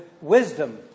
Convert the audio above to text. wisdom